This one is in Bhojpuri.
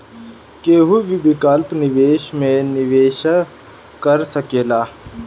केहू भी वैकल्पिक निवेश में निवेश कर सकेला